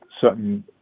certain